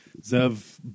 Zev